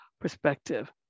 perspective